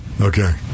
Okay